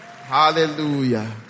Hallelujah